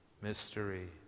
Mystery